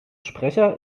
sprecher